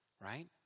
right